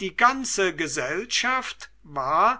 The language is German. die ganze gesellschaft war